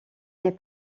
n’est